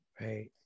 Right